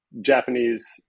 Japanese